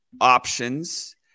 options